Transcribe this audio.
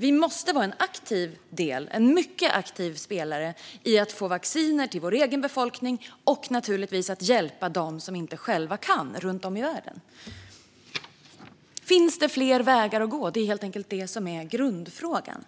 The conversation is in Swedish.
Vi måste vara en aktiv del - en mycket aktiv spelare - i att få vacciner till vår egen befolkning och naturligtvis i att hjälpa dem som inte själva kan runt om i världen. Finns det fler vägar att gå? Det är helt enkelt detta som är grundfrågan.